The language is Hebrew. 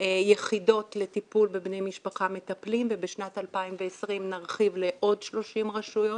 יחידות לטיפול בבני משפחה מטפלים ובשנת 2020 נרחיב לעוד 30 רשויות.